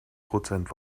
prozent